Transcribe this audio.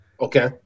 Okay